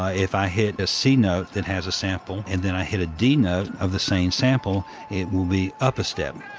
if i hit a c note that has a sample and then i hit a d note of the same sample, it will be up a step.